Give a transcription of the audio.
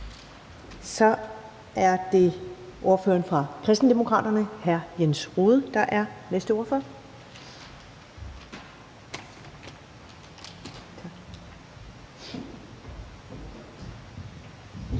Så er det ordføreren for Kristendemokraterne, hr. Jens Rohde, der er næste ordfører.